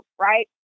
right